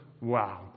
wow